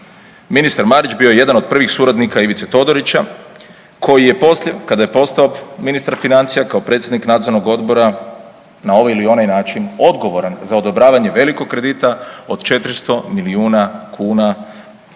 ministar Marić bio je jedan od prvih suradnika Ivice Todorića koji je poslije kada je postao ministar financija kao predsjednik nadzornog odbora na ovaj ili onaj način odgovoran za odobravanjem velikog kredita od 400 milijuna kuna